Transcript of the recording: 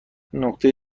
نقطه